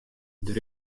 der